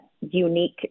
unique